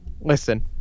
Listen